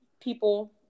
people